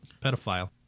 pedophile